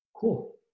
Cool